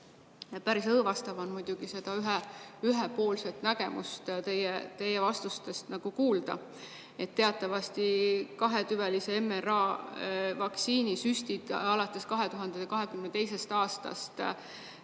Päris õõvastav on muidugi seda ühepoolset nägemust teie vastustest kuulda. Teatavasti kahetüvelise mRNA vaktsiinisüstid alates 2022. aastast